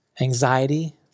anxiety